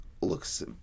looks